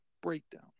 breakdown